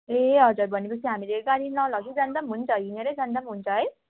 ए हजुर भनेपछि हामीले गाडी नलगी जान्दा पनि हुन्छ है हिँडेर जान्दा पनि हुन्छ है